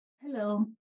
Hello